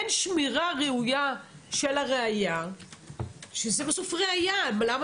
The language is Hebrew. שמירה ראויה של הראיה --- אבל למה